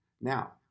Now